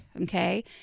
Okay